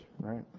right